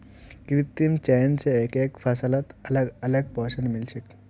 कृत्रिम चयन स एकके फसलत अलग अलग पोषण मिल छे